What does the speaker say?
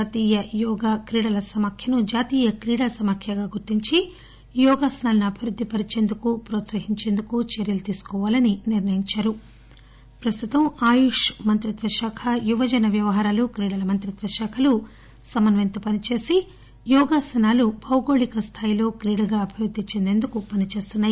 జాతీయ యోగా క్రీడలు సమాఖ్యను జాతీయ క్రీడా సమాఖ్యగా గుర్తించి యోగాసనాలను అభివృద్దిపరిచేందుకు ప్రోత్పహించేందుకు చర్యలు తీసుకోవాలని నిర్ణయించారు ప్రస్తుతం ఆయుష్ కేంద్ర మంత్రిత్వ శాఖ యువజన వ్యవహారాలు క్రీడల మంత్రిత్వ శాఖలు సమన్వయంతో పనిచేసి యోగాసనాలు భౌగోళిక స్థాయిలో క్రీడగా అభివృద్ది పరిచేందుకు పనిచేస్తున్నాయి